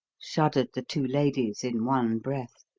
shuddered the two ladies in one breath.